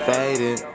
Faded